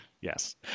Yes